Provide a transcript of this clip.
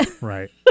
Right